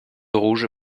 rouge